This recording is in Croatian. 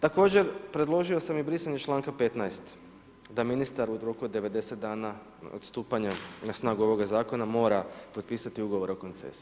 Također, predložio sam i brisanje članka 15. da ministar u roku od 90 dana od stupanja na snagu ovoga Zakona mora potpisati ugovor o koncesiji.